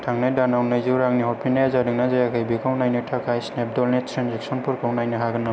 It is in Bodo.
थांनाय दानाव नैजौ रांनि हरफिन्नाया जादोंना जायाखै बेखौ नायनो थाखाय स्नेपडिलनि ट्रेन्जेकसनफोरखौ नायनो हागोन नामा